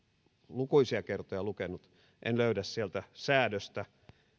lukuisia kertoja lukenut sieltä säädöstä